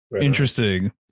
interesting